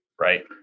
right